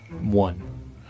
one